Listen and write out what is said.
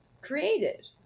created